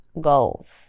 Goals